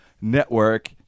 Network